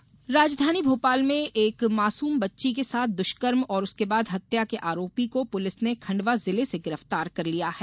आरोपी गिरफ़तार राजधानी भोपाल में एक मासूम बच्ची के साथ दृष्कर्म और उसके बाद हत्या के आरोपी को पुलिस ने खंडवा जिले से गिरफ्तार कर लिया है